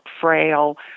frail